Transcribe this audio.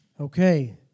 Okay